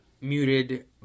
muted